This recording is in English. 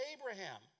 Abraham